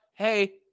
Hey